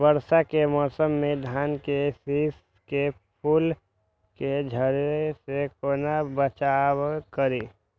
वर्षा के मौसम में धान के शिश के फुल के झड़े से केना बचाव करी?